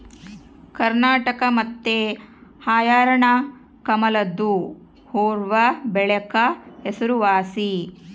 ಕರ್ನಾಟಕ ಮತ್ತೆ ಹರ್ಯಾಣ ಕಮಲದು ಹೂವ್ವಬೆಳೆಕ ಹೆಸರುವಾಸಿ